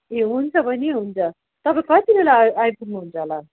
ए हुन्छ बहिनी हुन्छ तपाईँ कति बेला आइपुग्नु हुन्छ होला